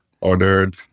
ordered